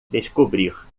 descobrir